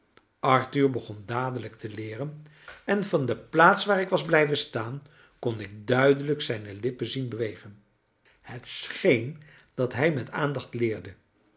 arthur begon dadelijk te leeren en van de plaats waar ik was blijven staan kon ik duidelijk zijne lippen zien bewegen het scheen dat hij met aandacht leerde